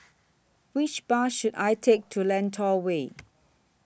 Which Bus should I Take to Lentor Way